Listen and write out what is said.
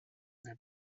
their